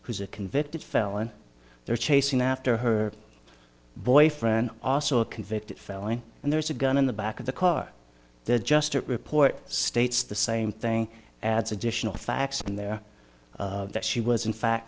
who's a convicted felon they're chasing after her boyfriend also a convicted felon and there's a gun in the back of the car there just a report states the same thing as additional facts in there that she was in fact